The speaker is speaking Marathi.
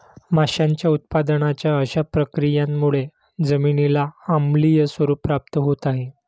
माशांच्या उत्पादनाच्या अशा प्रक्रियांमुळे जमिनीला आम्लीय स्वरूप प्राप्त होत आहे